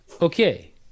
okay